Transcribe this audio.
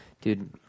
Dude